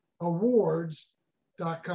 awards.com